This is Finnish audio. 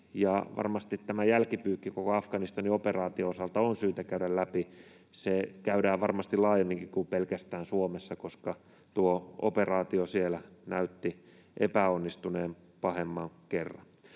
varmasti tämä jälkipyykki koko Afganistanin operaation osalta on syytä käydä läpi. Se käydään varmasti laajemminkin kuin pelkästään Suomessa, koska tuo operaatio siellä näytti epäonnistuneen pahemman kerran.